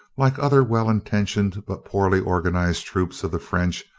like other well-intentioned but poorly organized troops of the french,